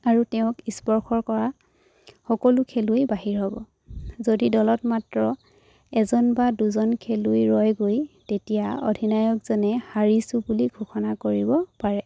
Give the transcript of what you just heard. আৰু তেওঁক স্পৰ্শৰ কৰা সকলো খেলুৱৈ বাহিৰ হ'ব যদি দলত মাত্ৰ এজন বা দুজন খেলুৱৈ ৰয়গৈ তেতিয়া অধিনায়কজনে হাৰিছোঁ বুলি ঘোষণা কৰিব পাৰে